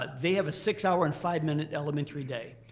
but they have a six hour and five minute elementary day.